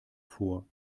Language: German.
vor